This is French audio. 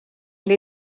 elle